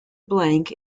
blank